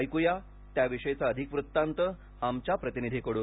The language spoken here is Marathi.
ऐकूया त्याविषयीचा अधिक वृत्तांत आमच्या प्रतिनिधींकडून